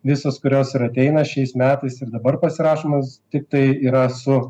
visos kurios ir ateina šiais metais ir dabar pasirašomos tiktai yra su